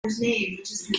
kids